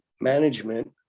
management